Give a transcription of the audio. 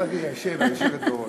את יכולה להגיד: היושב, היושבת בראש.